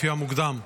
לפי המוקדם.